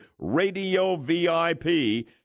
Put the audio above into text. RADIOVIP